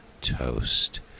toast